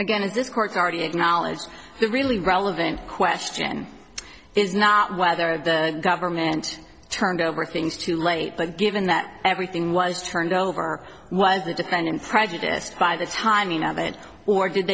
again is this court's already acknowledged really relevant question is not whether the government turned over things too late but given that everything was turned over was the defendant prejudiced by the timing of it or did